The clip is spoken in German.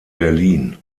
berlin